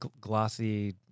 glossy